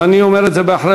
אבל אני אומר את זה באחריות,